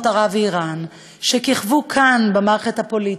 ערב ומאיראן וכיכבו כאן במערכת הפוליטית,